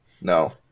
No